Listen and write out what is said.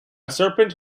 serpent